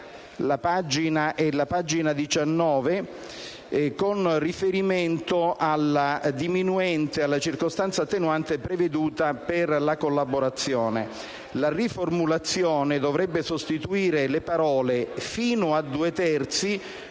La riformulazione dovrebbe sostituire le parole «fino a due terzi»